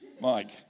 Mike